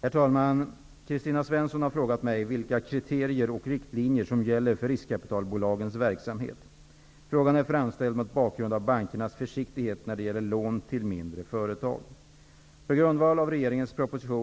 Herr talman! Kristina Svensson har frågat mig vilka kriterier och riktlinjer som gäller för riskkapitalbolagens verksamhet. Frågan är framställd mot bakgrund av bankernas försiktighet när det gäller lån till mindre företag. 1992